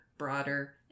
broader